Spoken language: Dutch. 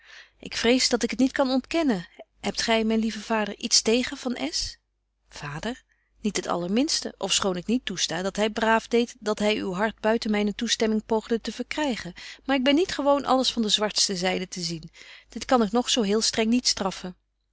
ik vrees dat ik het niet kan ontkennen hebt gy myn lieve vader iets tegen van s vader niets het allerminste ofschoon ik niet toesta dat hy braaf deedt dat hy uw hart buiten myne toestemming poogde te verkrygen maar ik ben niet gewoon alles van de zwartste zyde te zien dit kan ik nog zo heel streng niet straffen